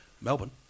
Melbourne